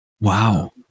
Wow